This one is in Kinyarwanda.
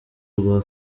rwa